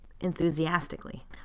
enthusiastically